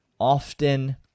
often